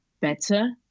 better